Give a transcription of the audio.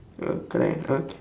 oh correct uh